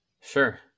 Sure